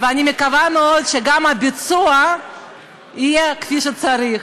ואני מקווה מאוד שגם הביצוע יהיה כמו שצריך.